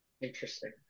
interesting